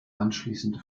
anschließende